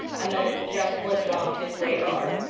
and that it just slipped off his radar.